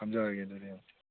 ꯊꯝꯖꯔꯒꯦ ꯑꯗꯨꯗꯤ